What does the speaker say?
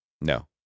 no